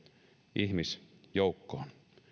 ihmisjoukkoon